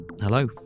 Hello